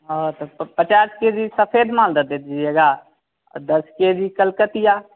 हाँ तो पचास के जी सफेद माल दे दीजिएगा दस के जी कलकतिया